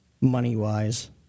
Money-wise